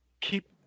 keep